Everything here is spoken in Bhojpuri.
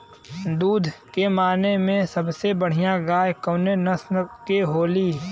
दुध के माने मे सबसे बढ़ियां गाय कवने नस्ल के होली?